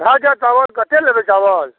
भऽ जाएत चावल कतेक लेबै चावल